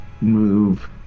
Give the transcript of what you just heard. move